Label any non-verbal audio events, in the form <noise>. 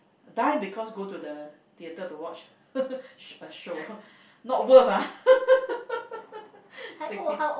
die because go to the theater to watch <laughs> a show not worth ah <laughs> sixty